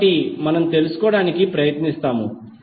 కాబట్టి మనం తెలుసుకోవడానికి ప్రయత్నిస్తాము